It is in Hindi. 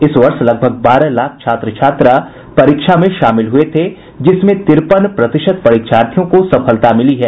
इस वर्ष लगभग बारह लाख छात्र छात्रा परीक्षा में शामिल हुए थे जिसमें तिरपन प्रतिशत परीक्षार्थियों को सफलता मिली है